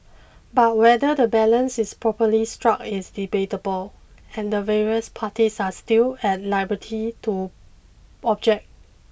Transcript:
but whether the balance is properly struck is debatable and the various parties are still at liberty to object